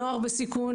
נוער בסיכון,